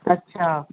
अच्छा